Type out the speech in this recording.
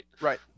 right